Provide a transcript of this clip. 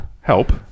help